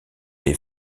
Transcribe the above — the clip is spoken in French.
des